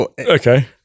Okay